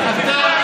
צודק,